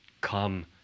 Come